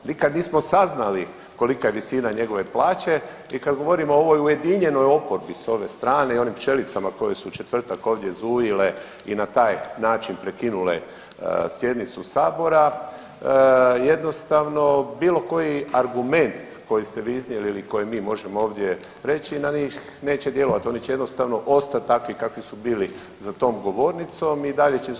Nikad nismo saznali kolika je visina njegove plaće i kad govorimo o ovoj ujedinjenoj oporbi s ove strane i onim pčelicama koje su u četvrtak ovdje zujile i na taj način prekinule sjednicu Sabora, jednostavno bilo koji argument koji ste vi iznijeli ili koji mi možemo ovdje reći na njih neće djelovati, oni će jednostavno ostati takvi kakvi su bili za tom govornicom i dalje će zujit kao pčelice.